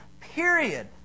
period